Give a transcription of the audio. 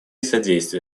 содействия